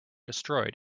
destroyed